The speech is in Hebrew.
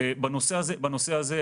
בנושא הזה,